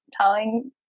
telling